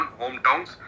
hometowns